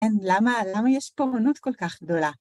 למה יש פה עוינות כל כך גדולה?